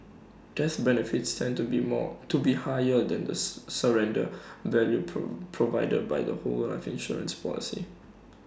death benefits tend to be more to be higher than The S surrender value pro provided by the whole life insurance policy